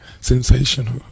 Sensational